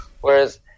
Whereas